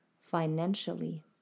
financially